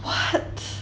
what